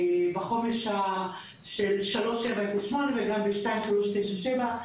בחומש של 3709 וגם ב-2397.